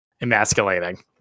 emasculating